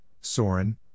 Soren